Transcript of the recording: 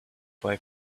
boy